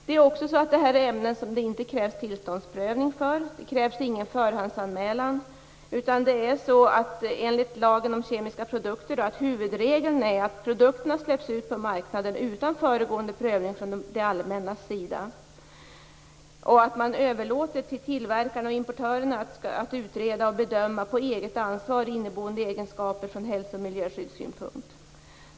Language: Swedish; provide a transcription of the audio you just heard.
Det här är ämnen som det inte krävs tillståndsprövning för, och ingen förhandsanmälan. Enligt lagen om kemiska produkter är huvudregeln att produkterna släpps ut på marknaden utan föregående prövning från det allmännas sida. Man överlåter på tillverkaren och importörerna att på eget ansvar utreda och bedöma ämnenas inneboende egenskaper från hälso och miljöskyddssynpunkt.